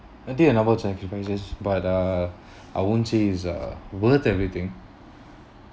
a thing about sacrifices but uh I won't say is uh worth everything